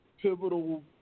pivotal